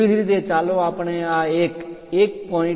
તેવી જ રીતે ચાલો આપણે આ એક 1